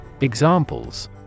Examples